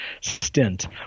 stint